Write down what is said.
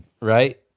Right